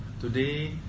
today